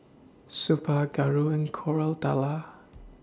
Suppiah Gauri and Koratala